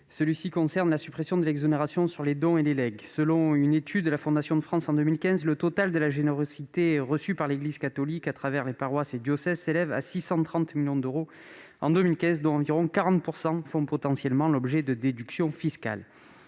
amendement tend à supprimer l'exonération sur les dons et les legs. Selon une étude de la Fondation de France en 2015, le total de la générosité reçue par l'Église catholique à travers les paroisses et les diocèses s'élève à 630 millions d'euros en 2015, dont environ 40 % font potentiellement l'objet de déductions fiscales.